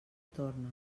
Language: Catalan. torna